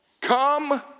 Come